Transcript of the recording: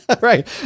Right